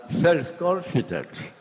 self-confidence